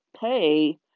pay